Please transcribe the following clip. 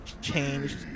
changed